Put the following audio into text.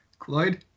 Cloyd